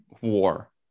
war